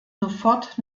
sofort